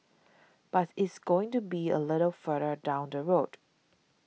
bus it's going to be a little further down the road